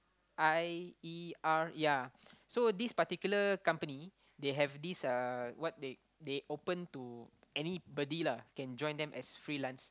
I E R yea so this particular company they have this uh what they they open to anybody lah can join them as freelance